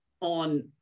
on